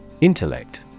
Intellect